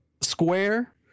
square